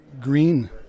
green